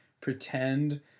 pretend